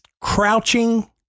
crouching